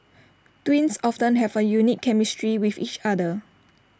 twins often have A unique chemistry with each other